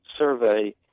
survey